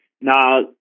Now